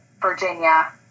Virginia